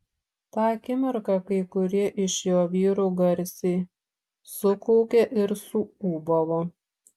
tą akimirką kai kurie iš jo vyrų garsiai sukaukė ir suūbavo